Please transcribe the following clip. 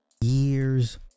years